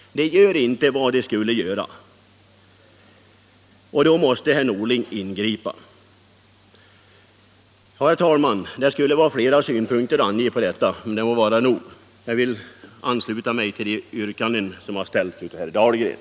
Den gör inte vad den skulle göra, och då måste herr Norling ingripa. Herr talman! Det skulle vara flera synpunkter att anföra i denna fråga, men det sagda må vara nog. Jag vill ansluta mig till de yrkanden som har ställts av herr Dahlgren.